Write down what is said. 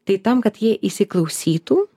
tai tam kad jie įsiklausytų